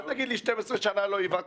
אל תגיד לי 12 שנה לא העברתם,